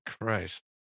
Christ